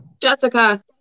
Jessica